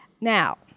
Now